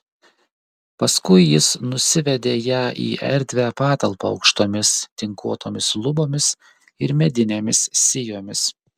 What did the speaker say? paskui jis nusivedė ją į erdvią patalpą aukštomis tinkuotomis lubomis ir medinėmis sijomis